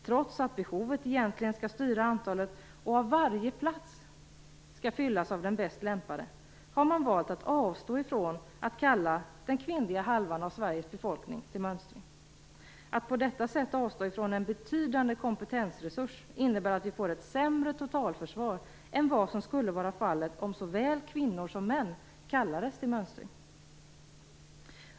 Trots att behovet egentligen skall styra antalet och att varje plats skall fyllas av den bäst lämpade, har man valt att avstå från att kalla den kvinnliga halvan av Sveriges befolkning till mönstring. Att på detta sätt avstå från en betydande kompetensresurs innebär att vi får ett sämre totalförsvar än vad som skulle kunna vara fallet om såväl kvinnor som män kallades till mönstring.